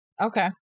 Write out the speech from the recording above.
Okay